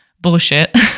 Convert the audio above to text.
bullshit